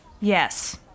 Yes